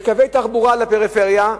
בקווי תחבורה לפריפריה,